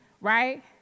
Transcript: right